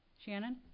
Shannon